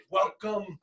welcome